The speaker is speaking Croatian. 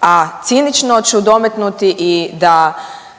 a cinično ću dometnuti i da